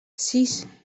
sis